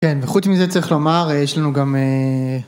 כן, וחוץ מזה צריך לומר, יש לנו גם...